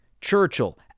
Churchill